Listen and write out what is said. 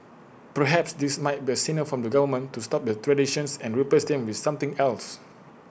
perhaps this might be A signal from the government to stop the traditions and replace them with something else